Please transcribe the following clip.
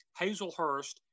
Hazelhurst